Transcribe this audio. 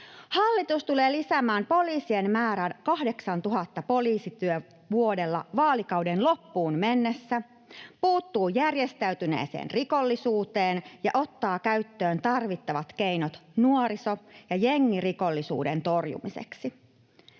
Hallitus tulee lisäämään poliisien määrän 8 000 poliisityövuoteen vaalikauden loppuun mennessä, puuttuu järjestäytyneeseen rikollisuuteen ja ottaa käyttöön tarvittavat keinot nuoriso- ja jengirikollisuuden torjumiseksi.